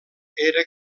era